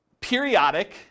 periodic